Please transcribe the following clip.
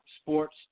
sports